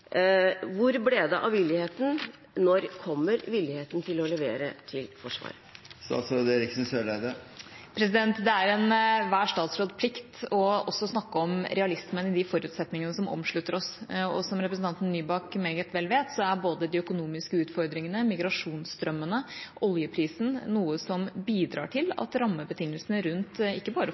Hvor ble det av villigheten? Når kommer villigheten til å levere til Forsvaret? Det er enhver statsråds plikt også å snakke om realismen i de forutsetningene som omslutter oss. Som representanten Nybakk meget vel vet, er både de økonomiske utfordringene, migrasjonsstrømmene og oljeprisen noe som bidrar til at rammebetingelsene rundt ikke bare Forsvaret, men enhver sektor, ser annerledes ut nå enn bare for